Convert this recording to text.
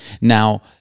Now